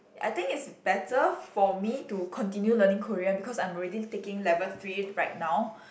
I think it's better for me to continue learning Korean because I'm already taking level three right now